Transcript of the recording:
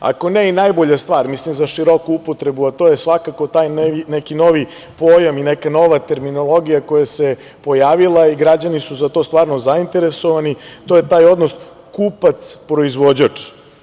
Ako ne i najbolja stvar, mislim za široku upotrebu, a to je svakako taj neki novi pojam i neka nova terminologija koja se pojavila i građani su za to stvarno zainteresovani to je taj odnos kupac-proizvođač.